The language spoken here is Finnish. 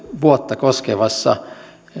vuotta koskevassa